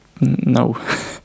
No